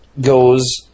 goes